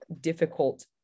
difficult